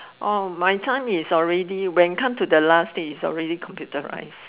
oh my time is already when come to the last day its already computerize